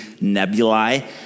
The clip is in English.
nebulae